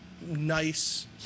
nice